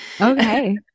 Okay